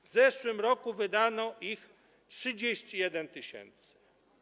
W zeszłym roku wydano ich 31 tys.